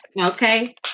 Okay